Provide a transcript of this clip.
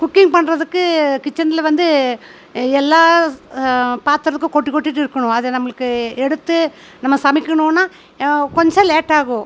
cooking பண்ணுறதுக்கு கிச்சனில் வந்து எல்லா பாத்திரத்தை கொட்டி கொட்டிவிட்டு இருக்கணும் அதை நம்மளுக்கு எடுத்து நம்ம சமைக்கணுன்னால் கொஞ்சம் லேட்டாகும்